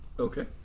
Okay